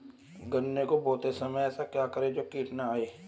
गन्ने को बोते समय ऐसा क्या करें जो कीट न आयें?